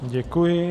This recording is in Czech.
Děkuji.